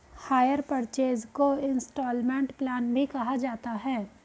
higher purchase को instalment plan भी कहा जाता है